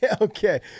okay